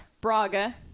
Braga